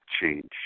change